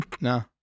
No